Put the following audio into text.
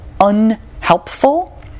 unhelpful